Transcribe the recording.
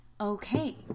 Okay